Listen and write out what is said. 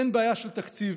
אין בעיה של תקציב,